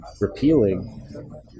repealing